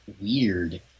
weird